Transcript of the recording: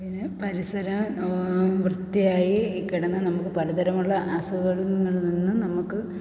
പിന്നെ പരിസരം വൃത്തിയായി കിടന്നാൽ നമുക്ക് പലതരമുള്ള അസുഖങ്ങളിൽ നിന്ന് നമുക്ക്